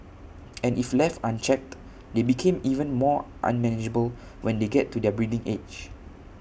and if left unchecked they become even more unmanageable when they get to their breeding age